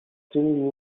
still